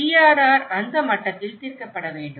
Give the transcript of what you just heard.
DRR அந்த மட்டத்தில் தீர்க்கப்பட வேண்டும்